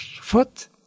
foot